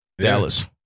Dallas